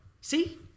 See